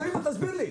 הינה, תסביר לי.